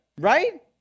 right